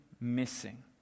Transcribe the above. missing